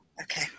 Okay